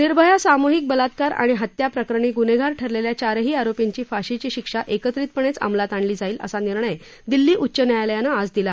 निर्भया सामूहिक बलात्कार आणि हत्याप्रकरणी गुन्हेगार ठरलेल्या चारही आरोपींची फाशीची शिक्षा एकत्रितपणेच अंमलात आणली जाईल असा निर्णय दिल्ली उच्च न्यायालयांन आज दिला